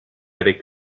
avec